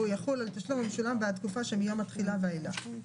ו"הוא יחול על תשלום המשולם בעד תקופה שמיום התחילה ואילך".